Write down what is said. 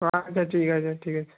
আচ্ছা ঠিক আছে ঠিক আছে